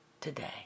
today